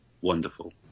Wonderful